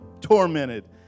tormented